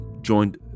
Joined